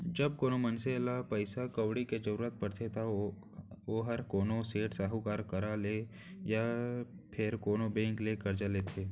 जब कोनो मनसे ल पइसा कउड़ी के जरूरत परथे त ओहर कोनो सेठ, साहूकार करा ले या फेर कोनो बेंक ले करजा लेथे